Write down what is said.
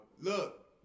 look